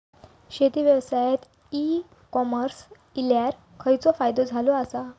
शेती व्यवसायात e commerce इल्यावर खयचो फायदो झालो आसा?